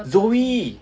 zoe